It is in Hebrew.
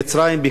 בקהיר,